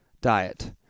Diet